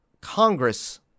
Congress